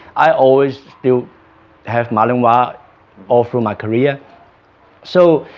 i always still had malinois all ah all through my career so